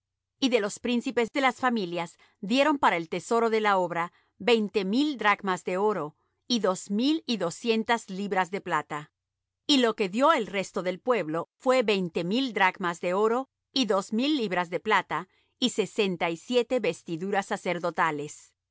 y de los príncipes de las familias dieron para el tesoro de la obra veinte mil dracmas de oro y dos mil y doscientas libras de plata y lo que dió el resto del pueblo fué veinte mil dracmas de oro y dos mil libras de plata y sesenta y siete vestiduras sacerdotales